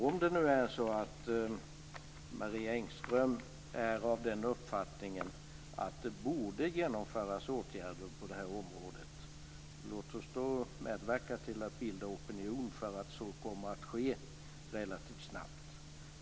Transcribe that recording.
Om det nu är så att Marie Engström är av den uppfattningen att det borde genomföras åtgärder på det här området, låt oss då medverka till att bilda opinion för att så kommer att ske relativt snabbt.